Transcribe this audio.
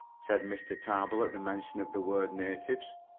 said mr. tarbill at the mention of the word natives.